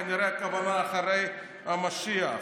כנראה הכוונה אחרי המשיח.